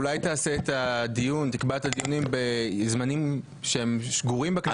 אולי תקבע את הדיונים בזמנים שהם שגורים בכנסת.